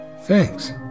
Thanks